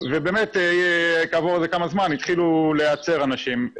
ובאמת כעבור כמה זמן התחילו להיעצר אנשים.